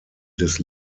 des